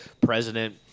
president